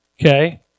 Okay